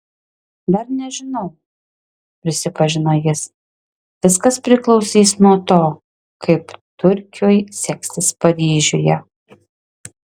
dar nežinau prisipažino jis viskas priklausys nuo to kaip turkiui seksis paryžiuje